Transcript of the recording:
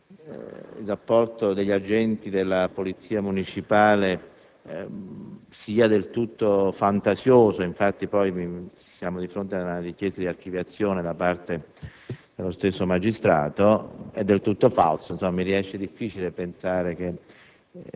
il rapporto degli agenti della Polizia municipale sia del tutto fantasioso; infatti, siamo di fronte ad una richiesta di archiviazione da parte dello stesso magistrato. È del tutto falso. Mi riesce difficile pensare che